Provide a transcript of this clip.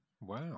Wow